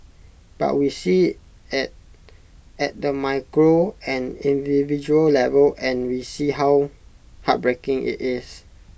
but we see IT at at the micro and individual level and we see how heartbreaking IT is